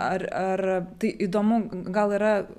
ar ar tai įdomu gal yra